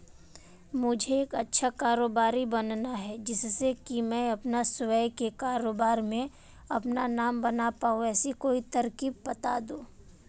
मुझे एक अच्छा कारोबारी बनना है जिससे कि मैं अपना स्वयं के कारोबार में अपना नाम बना पाऊं ऐसी कोई तरकीब पता दो?